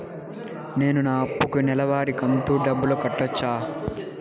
నేను నా అప్పుకి నెలవారి కంతు డబ్బులు కట్టొచ్చా?